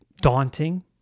daunting